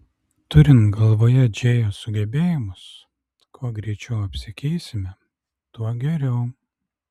turint galvoje džėjos sugebėjimus kuo greičiau apsikeisime tuo geriau